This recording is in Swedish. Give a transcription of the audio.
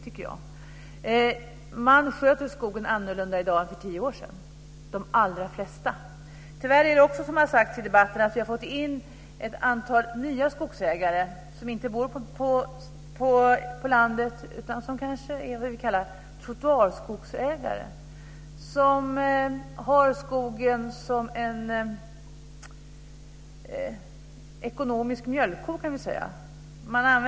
De allra flesta sköter skogen annorlunda i dag jämfört med för tio år sedan. Tyvärr har vi också, som har sagts i debatten, fått in ett antal nya skogsägare som inte bor på landet utan som kanske är vad vi kallar trottoarskogsägare. Man kan säga att de har skogen som en ekonomisk mjölkko.